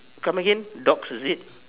come again dogs is it